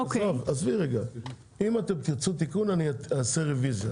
עזבי, אם תרצו תיקון אני אעשה רוויזיה.